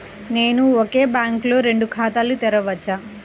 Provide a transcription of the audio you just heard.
నేను ఒకే బ్యాంకులో రెండు ఖాతాలు తెరవవచ్చా?